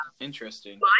interesting